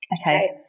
okay